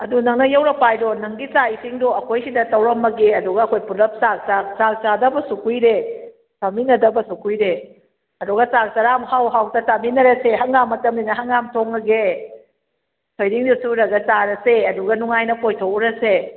ꯑꯗꯨ ꯅꯪꯅ ꯌꯧꯔꯛꯄ ꯍꯥꯏꯗꯣ ꯅꯪꯒꯤ ꯆꯥꯛ ꯏꯁꯤꯡꯗꯣ ꯑꯩꯈꯣꯏꯁꯤꯗ ꯇꯧꯔꯝꯃꯒꯦ ꯑꯗꯨꯒ ꯑꯩꯈꯣꯏ ꯄꯨꯂꯞ ꯆꯥꯛ ꯆꯥꯛ ꯆꯥꯛ ꯆꯥꯗꯕꯁꯨ ꯀꯨꯏꯔꯦ ꯆꯥꯃꯤꯟꯅꯗꯕꯁꯨ ꯀꯨꯏꯔꯦ ꯑꯗꯨꯒ ꯆꯥꯛ ꯆꯥꯔ ꯑꯃ ꯍꯥꯎ ꯍꯥꯎꯇ ꯆꯥꯃꯤꯟꯅꯔꯁꯦ ꯍꯪꯒꯥꯝ ꯃꯇꯝꯅꯤꯅ ꯍꯪꯒꯥꯝ ꯊꯣꯡꯉꯒꯦ ꯊꯣꯏꯗꯤꯡꯗꯣ ꯁꯨꯔꯒ ꯆꯥꯔꯁꯦ ꯑꯗꯨꯒ ꯅꯨꯡꯉꯥꯏꯅ ꯀꯣꯏꯊꯣꯛꯎꯔꯁꯦ